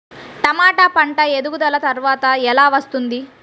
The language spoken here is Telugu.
టమాట పంట ఎదుగుదల త్వరగా ఎలా వస్తుంది?